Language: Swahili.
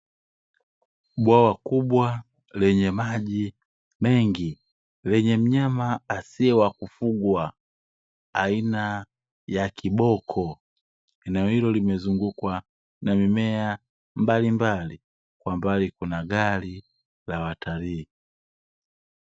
Bwawa kubwa, lenye maji mengi, lenye mnyama asiye wa kufugwa, aina ya kiboko, eneo hilo limezungukwa na mimea mbalimbali, kwa mbali kuna gari la watalii.